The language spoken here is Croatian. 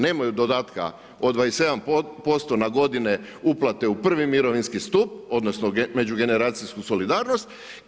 Nemaju dodatka od 27% na godine uplate u prvi mirovinski stup, odnosno međugeneracijsku solidarnost.